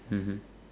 mmhmm